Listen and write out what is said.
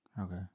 Okay